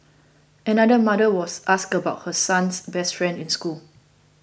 another mother was asked about her son's best friend in school